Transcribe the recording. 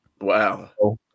Wow